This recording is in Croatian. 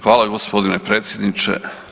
Hvala g. predsjedniče.